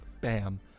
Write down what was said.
Bam